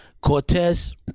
Cortez